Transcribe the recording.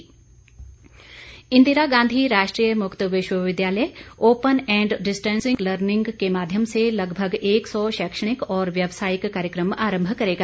इन्नू इंदिरा गांधी राष्ट्रीय मुक्त विश्वविद्यालय ओपन एंड डिस्टेंस लर्निंग के माध्यम से लगभग एक सौ शैक्षणिक और व्यवसायिक कार्यक्रम आरंभ करेगा